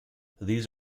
these